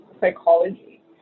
psychology